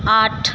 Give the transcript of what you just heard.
আট